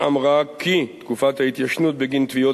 אמרה כי תקופת ההתיישנות בגין תביעות